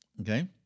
Okay